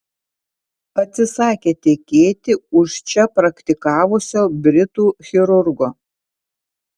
atsisakė tekėti už čia praktikavusio britų chirurgo